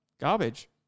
garbage